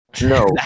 No